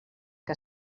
que